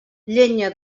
llenya